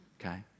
okay